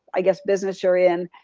i guess business you're in.